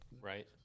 Right